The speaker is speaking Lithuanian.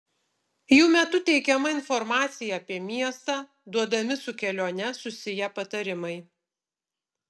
jų metu teikiama informacija apie miestą duodami su kelione susiję patarimai